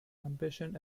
ambition